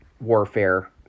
warfare